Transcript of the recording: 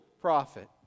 prophet